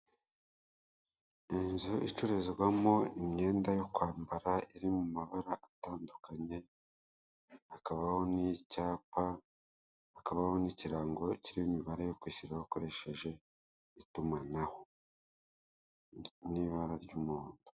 Inzu icururizwamo imyenda yo kwambara iri mu mabara atandukanye, hakabaho n'icyapa, hakabaho n'ikirango kiriho imibare yo kwishyuraho ukoresheje itumanaho n'ibara ry'umuhondo.